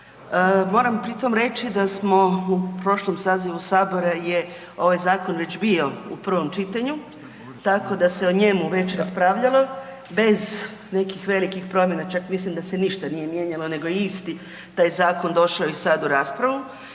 moram pri tom reći da smo u prošlom sazivu Sabora je ovaj zakon već bio u prvom čitanju tako da se o njemu već raspravljalo bez nekih velikih promjena, čak mislim da se ništa nije mijenjalo nego je isti taj zakon došao i sad u raspravu.